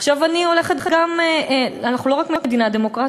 עכשיו, אנחנו לא רק מדינה דמוקרטית,